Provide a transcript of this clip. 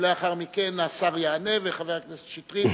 ולאחר מכן השר יענה וחבר הכנסת שטרית